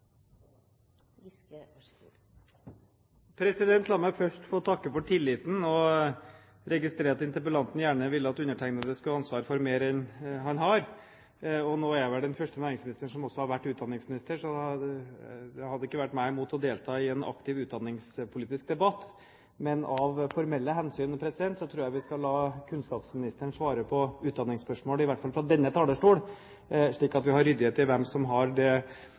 La meg først få takke for tilliten; jeg registrerer at interpellanten gjerne vil at undertegnede skal ha ansvaret for mer enn han har. Nå er vel jeg den første næringsministeren som også har vært utdanningsminister, så det hadde ikke vært meg imot å delta i en aktiv utdanningspolitisk debatt. Men av formelle hensyn tror jeg vi skal la kunnskapsministeren svare på utdanningsspørsmål – i hvert fall fra denne talerstol – slik at vi har ryddighet i hvem som har det